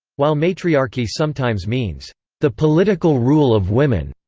while matriarchy sometimes means the political rule of women,